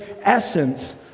essence